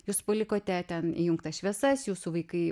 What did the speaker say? jūs palikote ten įjungtas šviesas jūsų vaikai